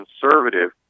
conservative